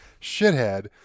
shithead